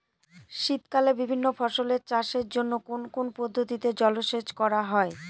শীতকালে বিভিন্ন ফসলের চাষের জন্য কোন কোন পদ্ধতিতে জলসেচ করা হয়?